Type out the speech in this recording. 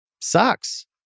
Sucks